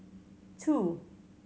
two